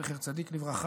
זכר צדיק לברכה,